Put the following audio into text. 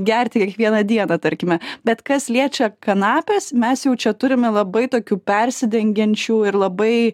gerti kiekvieną dieną tarkime bet kas liečia kanapes mes jau čia turime labai tokių persidengiančių ir labai